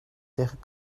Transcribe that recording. tegen